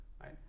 right